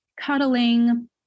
cuddling